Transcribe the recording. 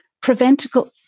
preventable